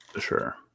Sure